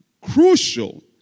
crucial